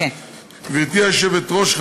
גברתי היושבת-ראש,